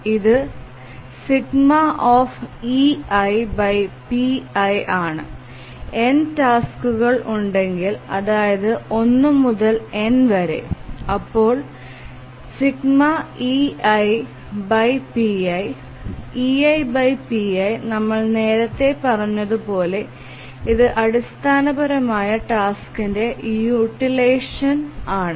ഇത് ∑eipi ആണ് n ടാസ്കുകൾ ഉണ്ടെകിൽ അതായത് 1 മുതൽ n വരെ അപ്പോൾ ∑eipi eipi നമ്മൾ നേരതെ പറഞ്ഞതു പോലെ ഇത് അടിസ്ഥാനപരമായി ടാസ്കിന്റെ യൂട്ടിലൈസഷൻ ആണ്